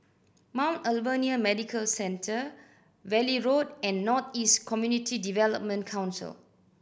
Mount Alvernia Medical Centre Valley Road and North East Community Development Council